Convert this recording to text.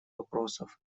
вопросов